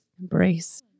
embrace